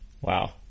wow